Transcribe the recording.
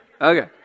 Okay